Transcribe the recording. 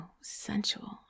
sensual